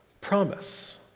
Promise